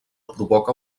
provoca